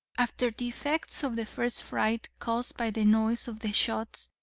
after the effects of the first fright, caused by the noise of the shots,